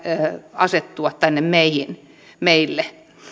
asettua tänne meille